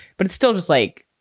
but it's still just like,